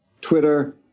Twitter